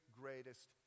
greatest